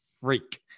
freak